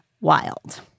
wild